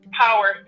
power